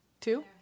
Two